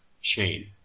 chain